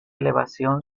elevación